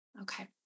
Okay